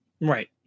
right